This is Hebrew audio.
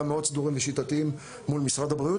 מאוד סדורים ושיטתיים מול משרד הבריאות,